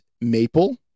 maple